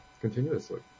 continuously